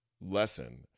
lesson